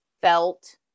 felt